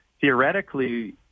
theoretically